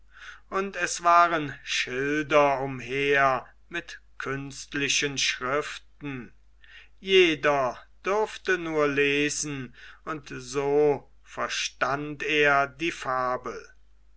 und es waren schilder umher mit künstlichen schriften jeder durfte nur lesen und so verstand er die fabel